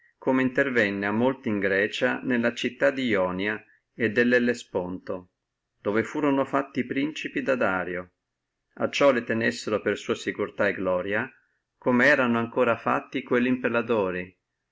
come intervenne a molti in grecia nelle città di ionia e di ellesponto dove furono fatti principi da dario acciò le tenessino per sua sicurtà e gloria come erano fatti ancora quelli imperatori